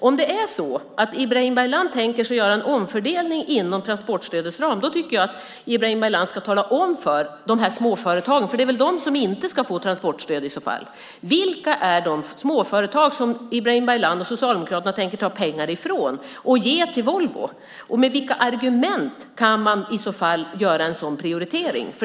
Om det är så att Ibrahim Baylan tänker sig att göra en omfördelning inom transportstödets ram tycker jag att Ibrahim Baylan ska tala om för de här småföretagen - för det är väl i så fall de som inte ska få transportstöd - vilka småföretag som Ibrahim Baylan och Socialdemokraterna tänker ta pengar ifrån och ge till Volvo. Med vilka argument kan man i så fall kan göra en sådan prioritering?